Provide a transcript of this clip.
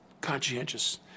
conscientious